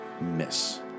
Miss